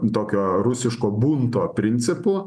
tokio rusiško bunto principu